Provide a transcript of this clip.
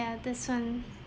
ya this one